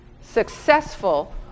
successful